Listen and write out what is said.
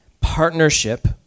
partnership